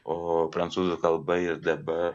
o prancūzų kalba ir dabar